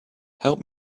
help